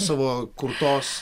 savo kurtos